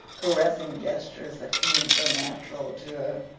caressing gestures that came so natural to her.